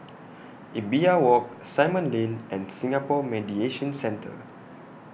Imbiah Walk Simon Lane and Singapore Mediation Centre